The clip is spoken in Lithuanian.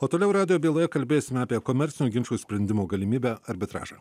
o toliau radijo byloje kalbėsime apie komercinių ginčų išsprendimo galimybę arbitražą